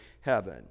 heaven